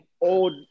old